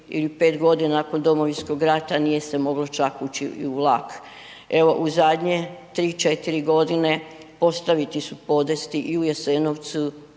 ili 5.g. nakon domovinskog rata nije se moglo čak ući i u vlak, evo u zadnje 3-4.g. postaviti su podesti i u Jasenovcu